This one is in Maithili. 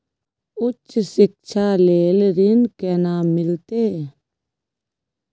उच्च शिक्षा के लेल ऋण केना मिलते?